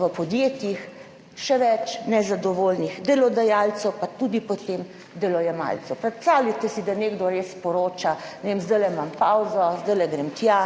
v podjetjih, še več nezadovoljnih delodajalcev, pa tudi potem delojemalcev. Predstavljajte si, da nekdo res poroča, ne vem, zdaj imam pavzo, zdaj grem tja,